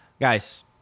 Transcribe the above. Guys